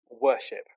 worship